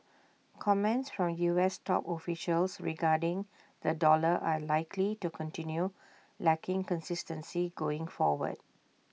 comments from us top officials regarding the dollar are likely to continue lacking consistency going forward